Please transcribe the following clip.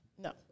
No